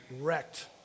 wrecked